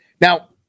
Now